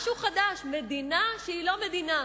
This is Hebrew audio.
משהו חדש, מדינה שהיא לא מדינה,